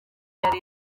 yari